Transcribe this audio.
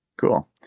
Cool